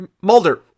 Mulder